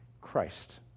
Christ